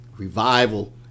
Revival